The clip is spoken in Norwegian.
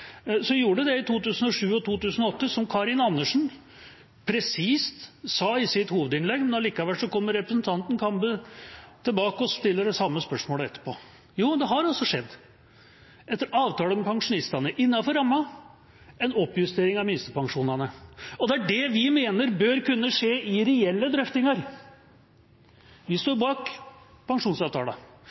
gjorde det det i 2007 og 2008, som Karin Andersen presist sa i sitt hovedinnlegg. Men allikevel kommer representanten Kambe tilbake og stiller det samme spørsmålet etterpå. Jo, det har altså skjedd – etter avtale med pensjonistene, innenfor rammen – en oppjustering av minstepensjonene. Det er det vi mener bør kunne skje i reelle drøftinger. Vi står bak